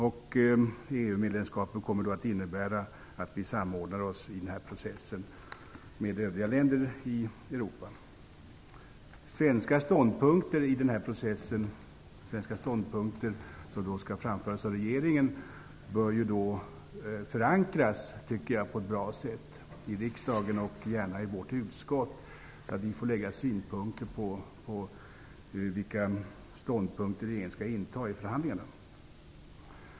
EU-medlemskapet kommer att innebära att vi samordnar oss i den processen med övriga länder i Europa. Svenska ståndpunkter som skall framföras av regeringen bör förankras på ett bra sätt i riksdagen och gärna i vårt utskott. Då kan vi lägga fram synpunkter på vilka ståndpunkter regeringen skall inta i förhandlingarna.